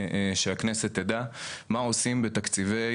שהכנסת תדע מה עושים בתקציבים,